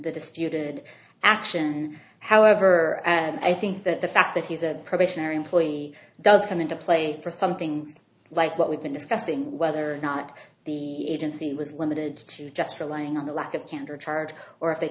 the disputed action however and i think that the fact that he's a probationary employee does come into play for something like what we've been discussing whether or not the agency was limited to just relying on the lack of candor charge or if they